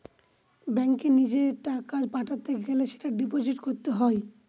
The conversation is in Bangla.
ব্যাঙ্কে নিজের টাকা পাঠাতে গেলে সেটা ডিপোজিট করতে হয়